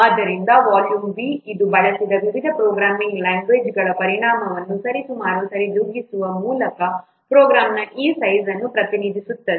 ಆದ್ದರಿಂದ volume V ಇದು ಬಳಸಿದ ವಿವಿಧ ಪ್ರೋಗ್ರಾಮಿಂಗ್ ಲ್ಯಾಂಗ್ವೇಜ್ಗಳ ಪರಿಣಾಮವನ್ನು ಸರಿಸುಮಾರು ಸರಿದೂಗಿಸುವ ಮೂಲಕ ಪ್ರೋಗ್ರಾಂನ ಈ ಸೈಜ್ ಅನ್ನು ಪ್ರತಿನಿಧಿಸುತ್ತದೆ